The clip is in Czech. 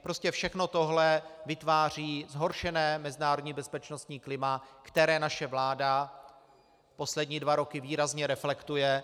Prostě všechno tohle vytváří zhoršené mezinárodní bezpečnostní klima, které naše vláda poslední dva roky výrazně reflektuje.